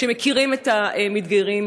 שמכירים את המתגיירים.